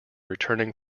returning